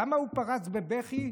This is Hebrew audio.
למה הוא פרץ בבכי?